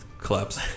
Collapse